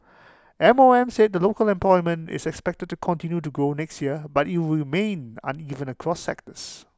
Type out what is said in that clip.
M O M said local employment is expected to continue to grow next year but IT will remain uneven across sectors